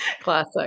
classic